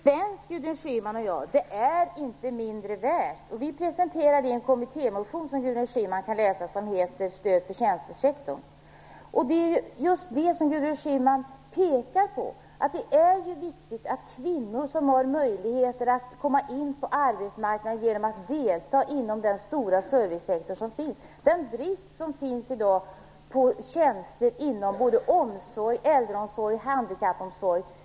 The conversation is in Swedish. Fru talman! Vi är helt överens, Gudrun Schyman och jag, om att det inte är mindre värt. Vi presenterar det här i en kommittémotion som Gudrun Schyman kan läsa, som heter Stöd för tjänstesektorn. Gudrun Schyman pekar just på att det är viktigt att kvinnor har möjlighet att komma in på arbetsmarknaden genom att delta inom den stora servicesektorn. Det finns en brist på tjänster i dag inom både äldreomsorg och handikappomsorg.